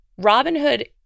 Robinhood